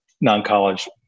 non-college